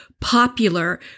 popular